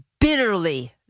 bitterly